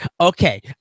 Okay